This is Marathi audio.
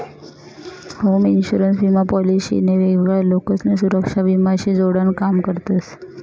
होम इन्शुरन्स विमा पॉलिसी शे नी वेगवेगळा लोकसले सुरेक्षा विमा शी जोडान काम करतस